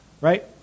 right